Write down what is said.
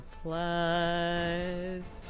plus